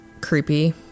creepy